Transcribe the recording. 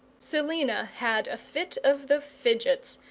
selina had a fit of the fidgets,